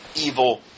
evil